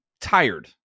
tired